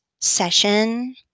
session